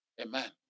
Amen